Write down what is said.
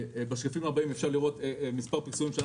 בשקפים הבאים אפשר לראות, יש